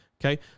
Okay